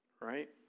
Right